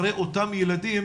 אותם ילדים,